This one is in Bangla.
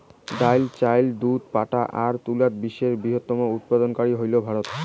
ডাইল, চাউল, দুধ, পাটা আর তুলাত বিশ্বের বৃহত্তম উৎপাদনকারী হইল ভারত